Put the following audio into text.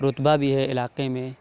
رتبہ بھی ہے علاقے میں